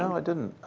i didn't.